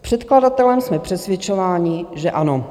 Předkladatelem jsme přesvědčováni, že ano.